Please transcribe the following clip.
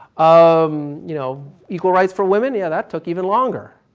um you know, equal rights for women? yeah, that took even longer.